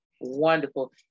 wonderful